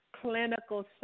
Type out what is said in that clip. Clinical